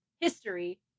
history